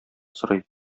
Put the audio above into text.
сорый